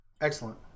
Excellent